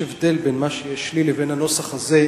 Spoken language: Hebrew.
סליחה, יש הבדל בין מה שיש לי לבין הנוסח הזה.